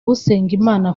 usengimana